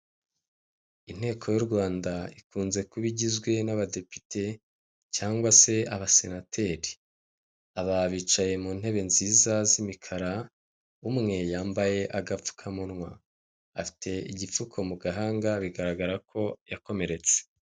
Inteko y'u Rwanda ikunze kuba igizwe n'abadepite cyangwa se abasenateri. Aba bicaye muntebe nziza z'imikara, umwe yambaye agapfukamunwa, afite igipfuko mugahanga bigaragara ko yakomeretse.